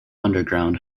underground